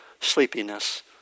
sleepiness